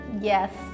Yes